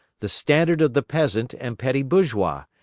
the standard of the peasant and petty bourgeois,